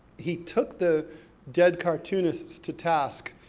he took the dead cartoonists to task,